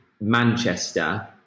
Manchester